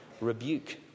rebuke